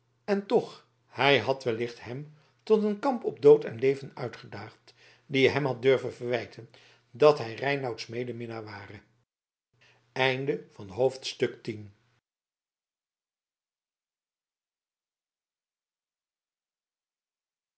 en toch hij had wellicht hem tot een kamp op dood en leven uitgedaagd die hem had durven verwijten dat hij reinouts medeminnaar ware